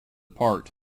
part